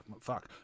Fuck